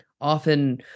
Often